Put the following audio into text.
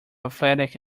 athletic